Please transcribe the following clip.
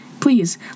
Please